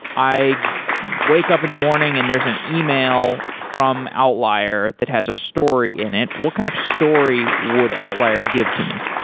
i wake up in the morning and there's an email from outlier that has a story in it. what kind of story would outlier give to me?